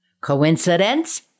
Coincidence